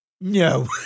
no